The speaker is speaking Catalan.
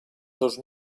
dos